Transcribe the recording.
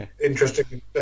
interesting